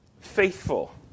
faithful